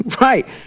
Right